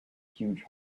huge